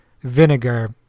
vinegar